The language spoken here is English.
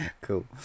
Cool